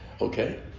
okay